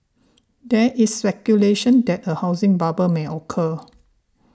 there is speculation that a housing bubble may occur